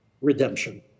redemption